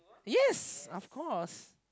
yes of course